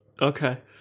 Okay